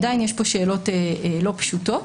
עדיין יש פה שאלות לא פשוטות,